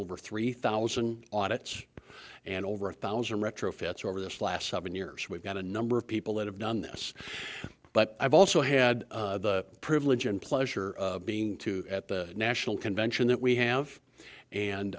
over three thousand audits and over a thousand retrofits over this last seven years we've got a number of people that have done this but i've also had the privilege and pleasure being to at the national convention that we have and